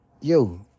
Yo